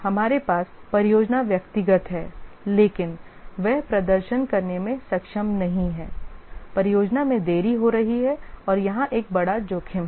हमारे पास परियोजना व्यक्तिगत है लेकिन वे प्रदर्शन करने में सक्षम नहीं हैं परियोजना में देरी हो रही है यह यहां एक बड़ा जोखिम है